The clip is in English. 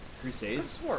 Crusades